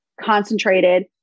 concentrated